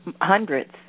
hundreds